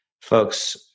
Folks